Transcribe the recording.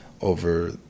over